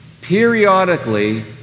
periodically